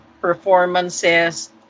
performances